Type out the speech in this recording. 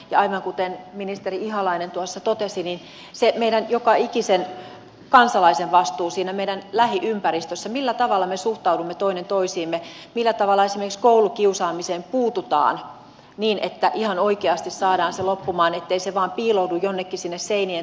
aivan kuten ministeri ihalainen tuossa totesi niin se on meidän joka ikisen kansalaisen vastuu siinä meidän lähiympäristössä millä tavalla me suhtaudumme toinen toisiimme millä tavalla esimerkiksi koulukiusaamiseen puututaan niin että ihan oikeasti saadaan se loppumaan ettei se vaan piiloudu jonnekin sinne seinien taakse